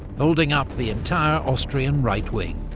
holding up the entire austrian right wing.